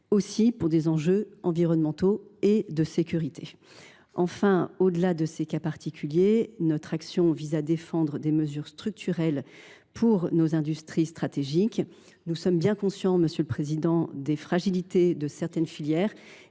aussi bien pour des enjeux environnementaux que de sécurité. Au delà de ces cas particuliers, notre action vise à défendre des mesures structurelles pour nos industries stratégiques. Nous sommes bien conscients, monsieur le président Gontard, des fragilités de certaines filières,